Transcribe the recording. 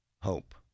hope